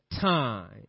time